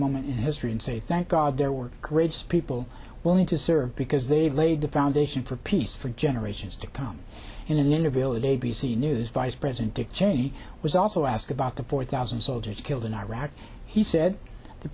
moment in history and say thank god there were courageous people willing to serve because they've laid the foundation for peace for generations to come in an interview with a b c news vice president dick cheney was also asked about the four thousand soldiers killed in iraq he said the